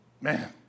Man